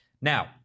Now